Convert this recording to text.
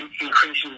increasing